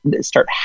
start